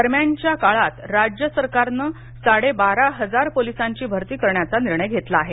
दरम्यानच्या काळात राज्य सरकारन साडबारा हजार पोलिसांची भरती करण्याचा निर्णय घेतला आहे